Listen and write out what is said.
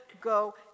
Go